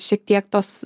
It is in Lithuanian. šiek tiek tos